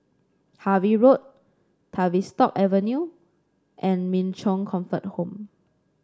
Harvey Road Tavistock Avenue and Min Chong Comfort Home